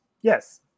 Yes